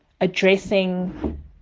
addressing